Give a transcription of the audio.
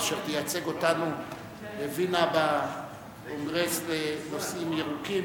אשר תייצג אותנו בווינה בקונגרס לנושאים ירוקים,